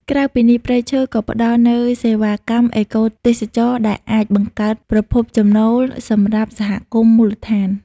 ក្រៅពីនេះ ព្រៃឈើក៏ផ្ដល់នូវសេវាកម្មអេកូទេសចរណ៍ ដែលអាចបង្កើតប្រភពចំណូលសម្រាប់សហគមន៍មូលដ្ឋាន។